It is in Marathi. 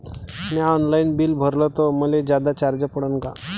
म्या ऑनलाईन बिल भरलं तर मले जादा चार्ज पडन का?